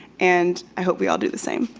and i hope we all do the same.